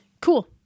cool